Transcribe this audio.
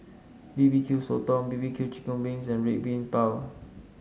B B Q Sotong B B Q Chicken Wings and Red Bean Bao